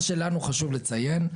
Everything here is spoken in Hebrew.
מה שלנו חשוב לציין,